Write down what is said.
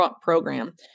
program